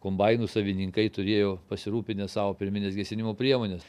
kombainų savininkai turėjo pasirūpinę sau pirmines gesinimo priemones